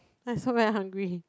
I also very hungry